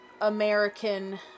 American